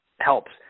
helps